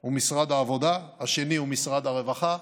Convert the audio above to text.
הוא משרד העבודה, השני הוא משרד הרווחה.